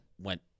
went